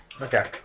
Okay